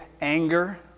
anger